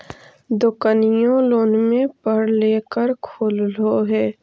दोकनिओ लोनवे पर लेकर खोललहो हे?